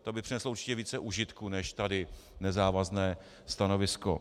To by přineslo určitě více užitku než tady nezávazné stanovisko.